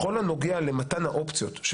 בכל הנוגע למתן האופציות,